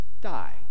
die